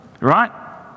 right